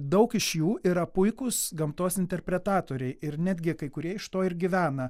daug iš jų yra puikūs gamtos interpretatoriai ir netgi kai kurie iš to ir gyvena